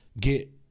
get